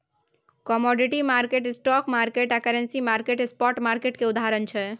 commodity market, stock market आ currency market spot market केर उदाहरण छै